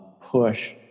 push